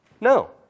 no